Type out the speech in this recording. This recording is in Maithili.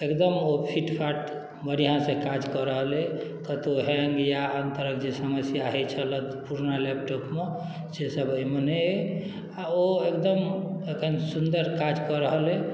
एगदम ओ फिटफाट बढ़िआँसँ काज कऽ रहल अइ कतहु हैंग या आन तरहक जे समस्या होइत छलए पुरना लैपटॉपमे सेसभ एहिमे नहि अइ आ ओ एकदम एखन सुन्दर काज कऽ रहल अइ